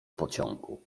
pociągu